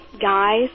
guys